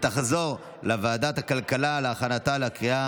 לוועדת הכלכלה נתקבלה.